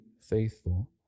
faithful